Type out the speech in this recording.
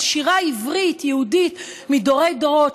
של שירה עברית יהודית מדורי-דורות,